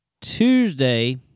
tuesday